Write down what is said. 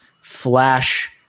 flash